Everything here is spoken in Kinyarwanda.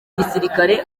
gisirikari